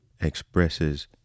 expresses